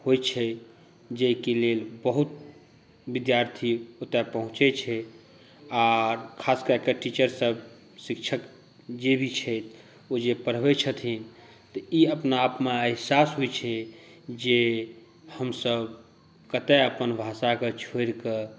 होइ छै जाहिके लेल बहुत विद्यार्थी ओतऽ पहुँचै छै आओर खासकऽ कऽ टीचरसभ शिक्षक जे भी छथि ओ जे पढ़बै छथिन तऽ ई अपना आपमे एहसास होइ छै जे हमसभ कतऽ अपन भाषाके छोड़िकऽ